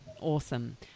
awesome